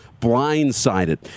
Blindsided